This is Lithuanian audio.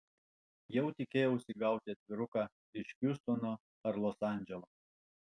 jau tikėjausi gauti atviruką iš hjustono ar los andželo